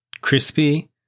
crispy